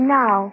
now